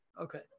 Okay